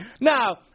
Now